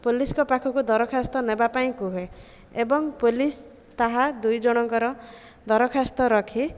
ପୋଲିସଙ୍କ ପାଖକୁ ଦରଖାସ୍ତ ନେବା ପାଇଁ କୁହେ ଏବଂ ପୋଲିସ ତାହା ଦୁଇ ଜଣଙ୍କର ଦରଖାସ୍ତ ରଖି